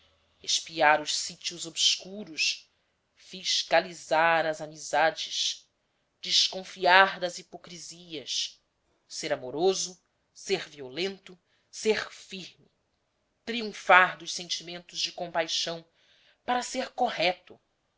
espiar os sítios obscuros fiscalizar as amizades desconfiar das hipocrisias ser amoroso ser violento ser firme triunfar dos sentimentos de compaixão para ser correto